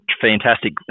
fantastic